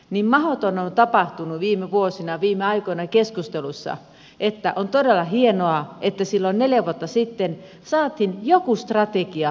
niin mahdoton on tapahtunut viime vuosina ja viime aikoina keskusteluissa että on todella hienoa että silloin neljä vuotta sitten saatiin joku strategia aikaiseksi